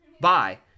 bye